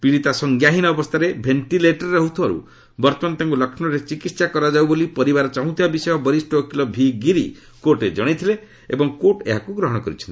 ପୀଡ଼ିତା ସଂଜ୍ଞାହୀନ ଅବସ୍ଥାରେ ଭେଷ୍ଟିଲେଟରରେ ରହ୍ରିଥିବାରୁ ବର୍ତ୍ତମାନ ତାଙ୍କୁ ଲକ୍ଷ୍ମୌରେ ଚିକିତ୍ସା କରାଯାଉ ବୋଲି ପରିବାର ଚାହୁଁଥିବା ବିଷୟ ବରିଷ୍ଣ ଓକିଲ ଭି ଗିରି କୋର୍ଟରେ ଜଣାଇଥିଲେ ଏବଂ କୋର୍ଟ ଏହାକୁ ଗ୍ରହଣ କରିଛନ୍ତି